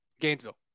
Gainesville